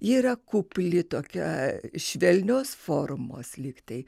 ji yra kupli tokia švelnios formos lyg tai